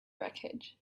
wreckage